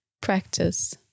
practice